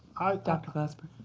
dr. glasper.